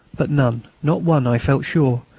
but none, not one, i felt sure,